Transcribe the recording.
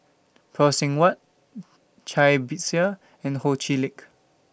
Phay Seng Whatt Cai Bixia and Ho Chee Lick